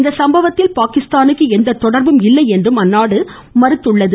இந்த சம்பவத்தில் பாகிஸ்தானுக்கு எந்த தொடர்பும் இல்லை என்றும் மறுத்துள்ளது